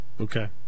Okay